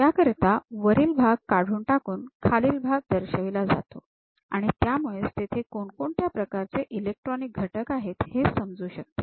त्याकरिता वरील भाग काढून टाकून खालील भाग दर्शविला जातो आणि त्यामुळेच तेथे कोणकोणत्या प्रकारचे इलेक्ट्रॉनिक घटक आहेत हे समजू शकते